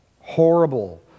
horrible